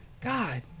God